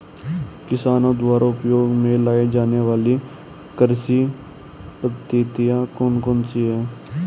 किसानों द्वारा उपयोग में लाई जाने वाली कृषि पद्धतियाँ कौन कौन सी हैं?